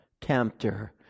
tempter